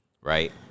right